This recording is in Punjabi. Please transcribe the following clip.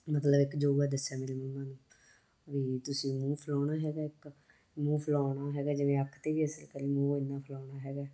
ਮਤਲਬ ਇੱਕ ਯੋਗਾ ਦੱਸਿਆ ਮੇਰੇ ਮੰਮਾ ਨੂੰ ਵੀ ਤੁਸੀਂ ਮੂੰਹ ਫੁਲਾਉਣਾ ਹੈਗਾ ਇੱਕ ਮੂੰਹ ਫੁਲਾਉਣਾ ਹੈਗਾ ਜਿਵੇਂ ਅੱਖ 'ਤੇ ਵੀ ਅਸਰ ਕਰੇ ਮੂੰਹ ਇੰਨਾ ਫੁਲਾਉਣਾ ਹੈਗਾ